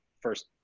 first